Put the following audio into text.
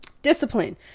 Discipline